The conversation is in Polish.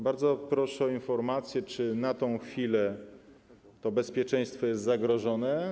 Bardzo proszę o informację, czy na tę chwilę to bezpieczeństwo jest zagrożone.